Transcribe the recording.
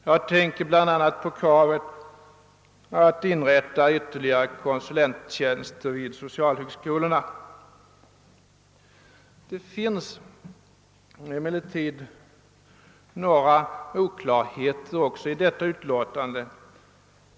Jag tänker bl.a. på kravet att inrätta ytterligare konsulenttjänster vid socialhögskolorna. Det finns emellertid några oklarheter också i detta utlåtande.